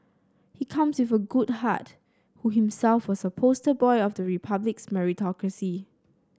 he comes with a good heart who himself was a poster boy of the Republic's meritocracy